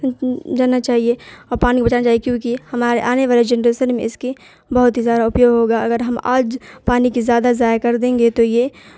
جاننا چاہیے اور پانی بچانا چاہیے کیونکہ ہمارے آنے والے جنریشن میں اس کی بہت ہی زیادہ اپیوگ ہوگا اگر ہم آج پانی کی زیادہ ضائع کر دیں گے تو یہ